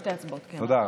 תודה.